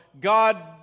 God